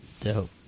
Dope